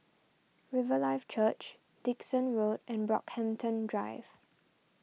Riverlife Church Dickson Road and Brockhampton Drive